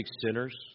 sinners